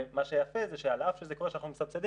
ומה שיפה זה שעל אף זה שאנחנו מסבסדים,